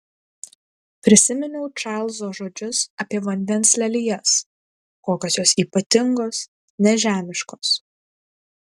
prisiminiau čarlzo žodžius apie vandens lelijas kokios jos ypatingos nežemiškos